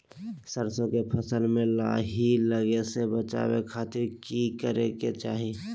सरसों के फसल में लाही लगे से बचावे खातिर की करे के चाही?